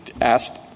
asked